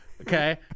Okay